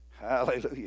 Hallelujah